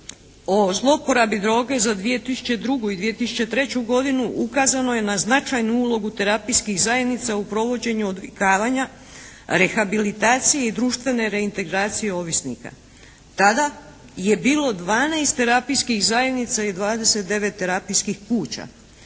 o zlouporabi droge za 2002. i 2003. godinu ukazano je na značajnu ulogu terapijskih zajednica u provođenju odvikavanja, rehabilitacije i društvene reintegracije ovisnika. Tada je bilo 12 terapijskih zajednica i 29 terapijskih kuća.